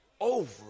Over